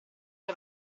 che